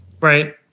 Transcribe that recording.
Right